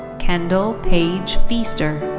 kendall paige feaster.